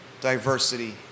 diversity